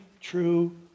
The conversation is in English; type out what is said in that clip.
true